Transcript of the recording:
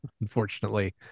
unfortunately